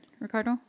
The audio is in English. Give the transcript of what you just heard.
Ricardo